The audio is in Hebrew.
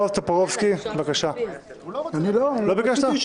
בועז טופורובסקי, לא ביקשת?